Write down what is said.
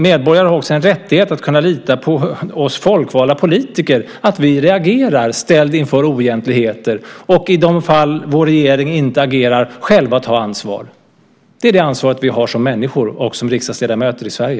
Medborgarna har också en rättighet att kunna lita på att vi folkvalda politiker reagerar när vi ställs inför oegentligheter och att vi i de fall vår regering inte agerar själva tar ansvar. Det är det ansvaret vi har som människor och som riksdagsledamöter i Sverige.